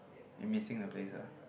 you missing the place ah